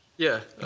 yeah,